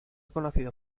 conocido